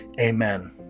amen